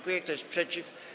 Kto jest przeciw?